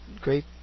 great